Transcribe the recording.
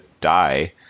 die